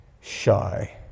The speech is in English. shy